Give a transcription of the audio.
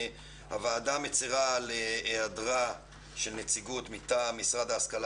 הוועדה מצרה על היעדרה של נציגות מטעם משרד ההשכלה